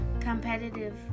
competitive